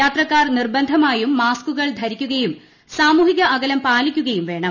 യാത്രക്കാർ നിർബന്ധമായും മാസ്കുകൾ ധരിക്കുകയും സാമൂഹിക അകലം പാലിക്കുകയും വേണം